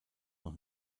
noch